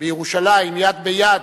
בירושלים "יד ביד"